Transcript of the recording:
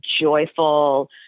joyful